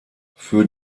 für